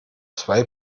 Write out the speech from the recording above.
zwei